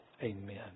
Amen